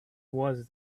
was